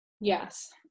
Yes